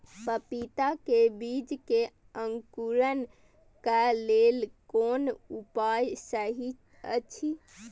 पपीता के बीज के अंकुरन क लेल कोन उपाय सहि अछि?